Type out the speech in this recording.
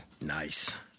Nice